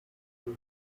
her